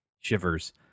shivers